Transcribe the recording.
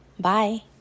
Bye